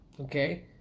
Okay